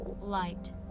light